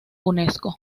unesco